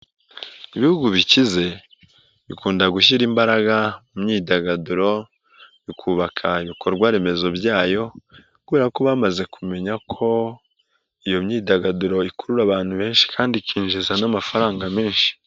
Ibihugu bikize bikunda gushyira imbaraga mu myidagaduro bikubaka ibikorwa remezo byayo kubera ko bamaze kumenya ko iyo myidagaduro ikurura abantu benshi kandi ikinjiza n'amafaranga menshi.